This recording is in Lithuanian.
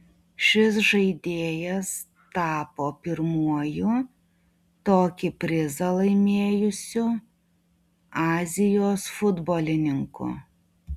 šis žaidėjas tapo pirmuoju tokį prizą laimėjusiu azijos futbolininku